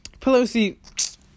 Pelosi